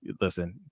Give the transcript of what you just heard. Listen